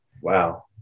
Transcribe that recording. Wow